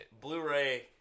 Blu-ray